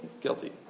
Guilty